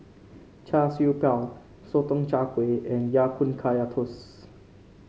Char Siew Bao Sotong Char Kway and Ya Kun Kaya Toast